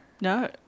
No